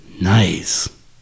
Nice